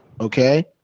Okay